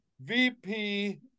VP